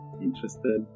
interested